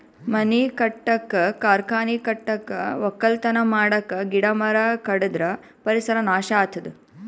ಮನಿ ಕಟ್ಟಕ್ಕ್ ಕಾರ್ಖಾನಿ ಕಟ್ಟಕ್ಕ್ ವಕ್ಕಲತನ್ ಮಾಡಕ್ಕ್ ಗಿಡ ಮರ ಕಡದ್ರ್ ಪರಿಸರ್ ನಾಶ್ ಆತದ್